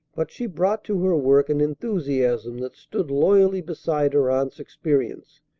but she brought to her work an enthusiasm that stood loyally beside her aunt's experience,